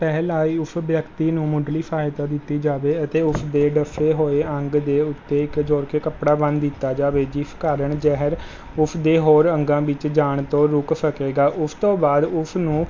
ਪਹਿਲਾਂ ਹੀ ਉਸ ਵਿਅਕਤੀ ਨੂੰ ਮੁੱਢਲੀ ਸਹਾਇਤਾ ਦਿੱਤੀ ਜਾਵੇ ਅਤੇ ਉਸ ਦੇ ਡੱਸੇ ਹੋਏ ਅੰਗ ਦੇ ਉੱਤੇ ਇੱਕ ਜ਼ੋਰ ਕੇ ਕੱਪੜਾ ਬੰਨ੍ਹ ਦਿੱਤਾ ਜਾਵੇ ਜਿਸ ਕਾਰਨ ਜ਼ਹਿਰ ਉਸਦੇ ਹੋਰ ਅੰਗਾਂ ਵਿੱਚ ਜਾਣ ਤੋਂ ਰੁਕ ਸਕੇਗਾ ਉਸ ਤੋਂ ਬਾਅਦ ਉਸ ਨੂੰ